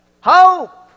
Hope